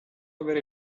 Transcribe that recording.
avere